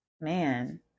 man